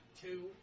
two